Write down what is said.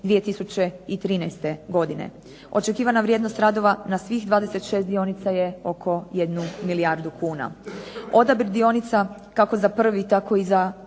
2013. godine. Očekivana vrijednost radova na svih 26 dionica je oko 1 milijardu kuna. Odabir dionica kako za prvi tako i za